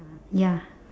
ya